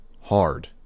Hard